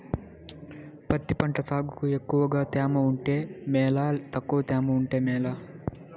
పత్తి పంట సాగుకు ఎక్కువగా తేమ ఉంటే మేలా తక్కువ తేమ ఉంటే మేలా?